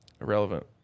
irrelevant